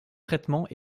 traitement